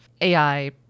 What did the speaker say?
AI